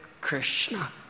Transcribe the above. Krishna